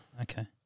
Okay